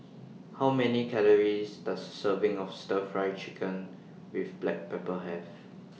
How Many Calories Does Serving of Stir Fry Chicken with Black Pepper Have